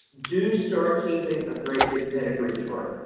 do start keeping a great big pedigree chart,